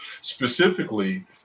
specifically